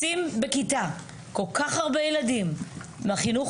לשים בכיתה כל כך הרבה ילדים בחינוך